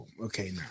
okay